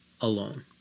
alone